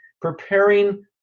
preparing